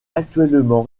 actuellement